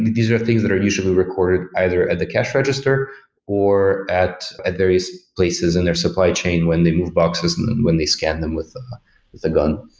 these are things that are usually recorded either at the cash register or at at various places in their supply chain when they move boxes and when they scan them with ah with a gun.